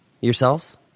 yourselves